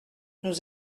nous